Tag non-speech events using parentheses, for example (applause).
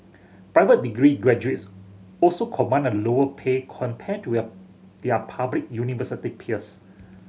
private degree graduates also command a lower pay compared to (unintelligible) their public university peers